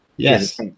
Yes